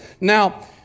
Now